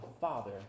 father